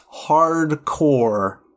hardcore